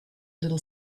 little